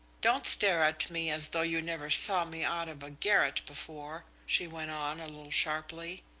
don't stare at me as though you never saw me out of a garret before, she went on, a little sharply.